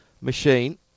machine